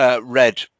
red